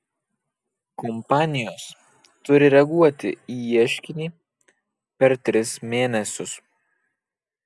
kompanijos turi reaguoti į ieškinį per tris mėnesius